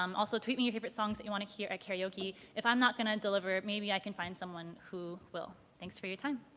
um also tweet me your favorite songs that you want to hear at karaoke. if i'm not gonna deliver, maybe i can find someone who will. thanks for your time.